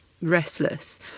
Restless